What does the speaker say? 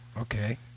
Okay